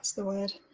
the word?